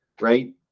right